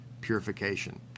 purification